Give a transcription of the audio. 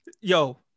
Yo